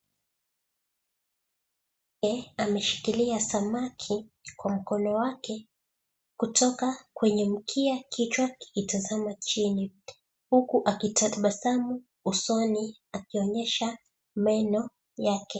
Mwanamke ameshikilia samaki kwa mkono wake kutoka kwenye mkia kichwa kikitazama chini huku akitabasamu usoni akionyesha meno yake.